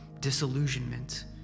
Disillusionment